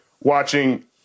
watching